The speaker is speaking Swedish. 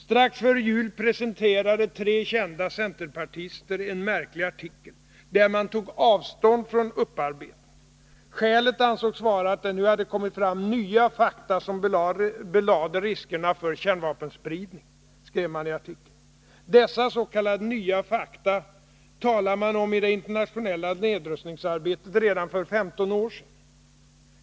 Strax före jul presenterade tre kända centerpartister en märklig artikel, där man tog avstånd från upparbetning. Skälet var att det nu hade kommit fram nya fakta som belade riskerna för kärnvapenspridning, skrev mani artikeln. Dessa s.k. nya fakta talade man om i det internationella nedrustningsarbetet redan för ungefär 15 år sedan.